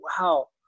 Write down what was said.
wow